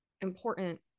important